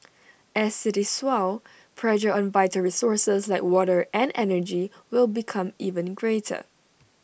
as cities swell pressure on vital resources like water and energy will become even greater